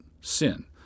sin